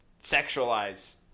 sexualize